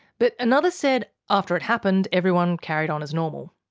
but another said after it happened everyone carried on as normal.